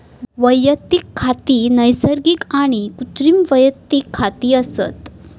वैयक्तिक खाती नैसर्गिक आणि कृत्रिम वैयक्तिक खाती असत